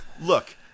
look